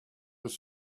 was